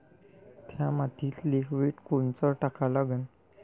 थ्या मातीत लिक्विड कोनचं टाका लागन?